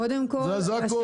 קודם כל השירות.